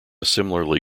similarly